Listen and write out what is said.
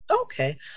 Okay